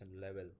level